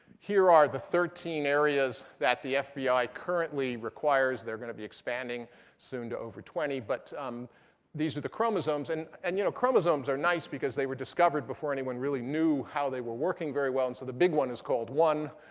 here are the thirteen areas that the fbi currently requires. they're going to be expanding soon to over twenty. but um these are the chromosomes. and and you know chromosomes are nice because they were discovered before anyone really knew how they were working very well. and so the big one is called one,